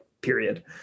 period